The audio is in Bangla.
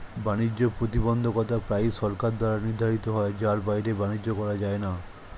বাণিজ্য প্রতিবন্ধকতা প্রায়ই সরকার দ্বারা নির্ধারিত হয় যার বাইরে বাণিজ্য করা যায় না